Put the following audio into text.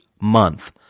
month